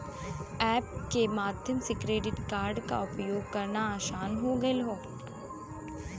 app के माध्यम से क्रेडिट कार्ड प्रयोग करना आसान हो गयल हौ